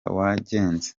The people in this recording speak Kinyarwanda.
wagenze